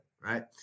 right